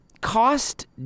cost